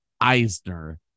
Eisner